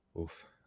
Oof